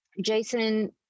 Jason